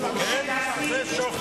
אינו נוכח